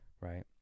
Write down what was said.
right